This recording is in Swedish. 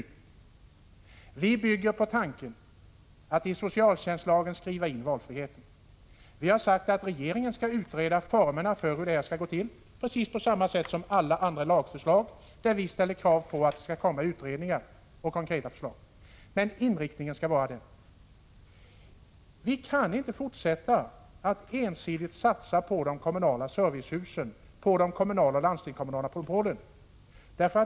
Våra förslag bygger på tanken att man i socialtjänstlagen skriver in valfriheten. Vi har sagt att regeringen skall utreda formerna för hur detta skall gå till, precis på samma sätt som den gör i fråga om alla andra konkreta lagförslag. Men inriktningen skall vara den angivna. Vi kan inte fortsätta att ensidigt satsa på de kommunala servicehusen och på den kommunala och landstingskommunala sjukvården.